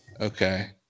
okay